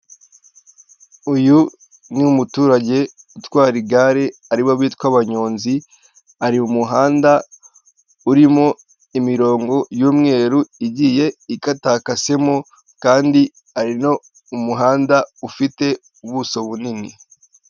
Uyu ni umuturage utwara igare aribo bitwa banyonzi ari umuhanda urimo imirongo y'umweru igiye ikatakasemo kandi ari no mu muhanda ufite ubuso bunini.